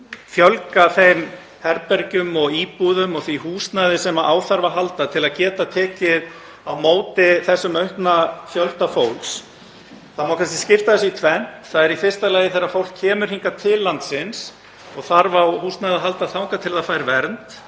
fjölga herbergjum og íbúðum og húsnæði til að geta tekið á móti þessum aukna fjölda fólks. Það má kannski skipta þessu í tvennt. Það er í fyrsta lagi þegar fólk kemur hingað til landsins og þarf á húsnæði að halda þangað til það fær vernd